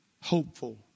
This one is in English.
hopeful